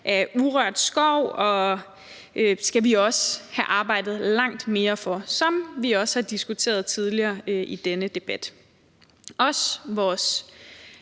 af urørt skov skal vi også have arbejdet langt mere for, som vi også har diskuteret tidligere i denne debat.